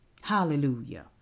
Hallelujah